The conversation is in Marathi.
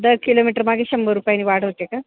दर किलोमीटर मागे शंभर रुपयाने वाढ होते का